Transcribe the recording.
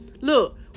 look